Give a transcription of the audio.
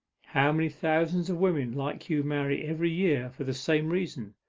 how many thousands of women like you marry every year for the same reason,